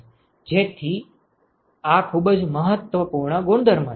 તેથી આ ખૂબ જ મહત્વપૂર્ણ ગુણધર્મ છે